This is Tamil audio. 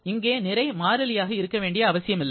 இங்கே நிறை மாறிலியாக இருக்க வேண்டிய அவசியம் இல்லை